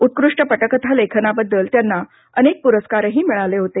उत्कृष्ट पटकथा लेखनाबद्दल त्यांना अनेक पुरस्कारही मिळाले होते